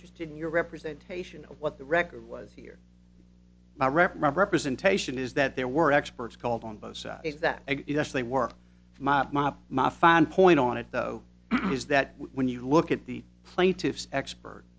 interested in your representation of what the record was here my rep representation is that there were experts called on both sides that it actually work from my fine point on it though is that when you look at the plaintiff's expert